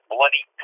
Bloody